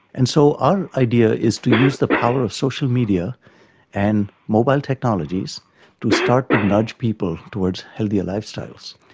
and so our idea is to use the power of social media and mobile technologies to start to nudge people towards healthier lifestyles.